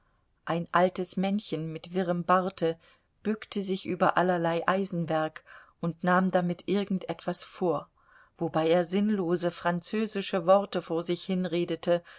ein altes männchen mit wirrem barte bückte sich über allerlei eisenwerk und nahm damit irgend etwas vor wobei er sinnlose französische worte vor sich hinredete